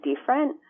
different